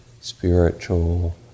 spiritual